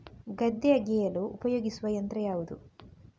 ಗದ್ದೆ ಅಗೆಯಲು ಉಪಯೋಗಿಸುವ ಯಂತ್ರ ಯಾವುದು?